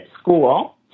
school